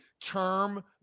term